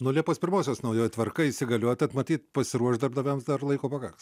nuo liepos pirmosios naujoji tvarka įsigalioja tad matyt pasiruošt darbdaviams dar laiko pakaks